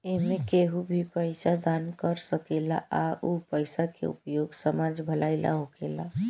एमें केहू भी पइसा दान कर सकेला आ उ पइसा के उपयोग समाज भलाई ला होखेला